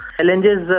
challenges